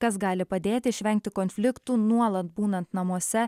kas gali padėti išvengti konfliktų nuolat būnant namuose